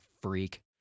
freak